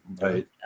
right